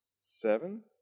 seven